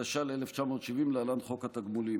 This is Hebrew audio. התש"ל 1970, להלן: חוק התגמולים.